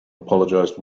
apologized